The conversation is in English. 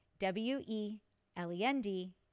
W-E-L-E-N-D